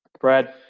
Brad